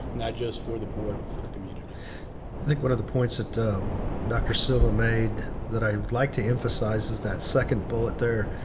not just for the board. but for the community. i think one of the points that doctor silva made that i'd like to emphasize is that second bullet there.